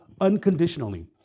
unconditionally